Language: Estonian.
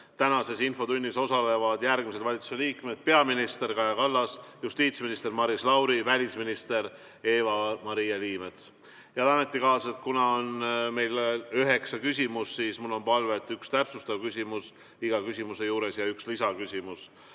77.Tänases infotunnis osalevad järgmised valitsusliikmed: peaminister Kaja Kallas, justiitsminister Maris Lauri ja välisminister Eva-Maria Liimets. Head ametikaaslased! Kuna meil on üheksa küsimust, siis mul on palve, et üks täpsustav küsimus iga küsimuse juures ja üks lisaküsimus.